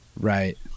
right